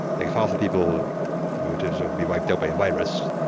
if half the people were to so be wiped out by a virus,